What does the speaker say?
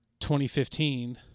2015